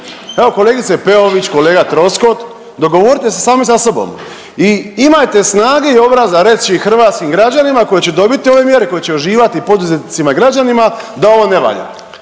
Evo kolegica Peović, kolega Troskot dogovorite se sami sa sobom i imajte snage i obraza reći hrvatskim građanima koji će dobiti ove mjere, koji će uživati i poduzetnicima i građanima da ovo ne valja.